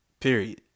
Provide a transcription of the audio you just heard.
Period